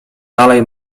dalej